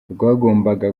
rwagombaga